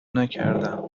نکردم